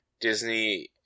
Disney